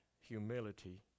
humility